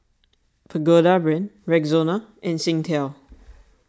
Pagoda Brand Rexona and Singtel